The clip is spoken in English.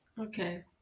Okay